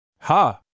Ha